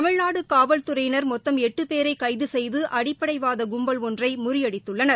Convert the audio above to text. தமிழ்நாடு காவல்துறையினர் மொத்தம் எட்டு பேரை கைது செய்து அடிப்படைவாத கும்பல் ஒன்றை முறியடித்துள்ளனர்